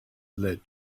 led